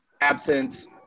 absence